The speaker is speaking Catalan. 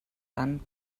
tant